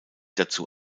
dazu